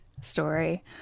story